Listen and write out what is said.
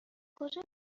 کجا